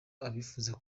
abifuza